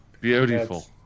Beautiful